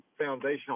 foundational